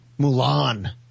Mulan